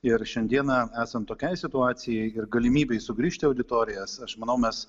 ir šiandieną esant tokiai situacijai ir galimybei sugrįžti į auditorijas aš manau mes